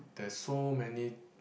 there is so many